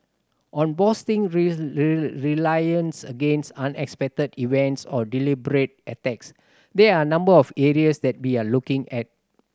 on boosting against unexpected events or deliberate attacks there are a number of areas that we are looking at